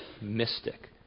mystic